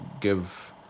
give